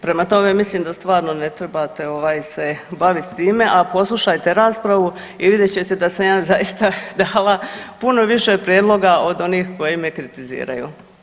Prema tome, mislim da stvarno ne trebate se ovaj bavit s time, a poslušajte raspravu i vidjet ćete da sam ja zaista dala puno više prijedloga od onih koji me kritiziraju.